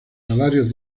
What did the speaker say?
salarios